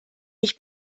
mich